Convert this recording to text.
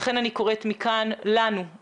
לכן אני קוראת מכאן לנו,